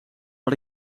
had